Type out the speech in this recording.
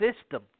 system